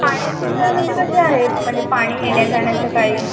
पाण्याची सोय म्हणजे कशी आहे म्हणजे पाणी येण्याजाण्याचं काय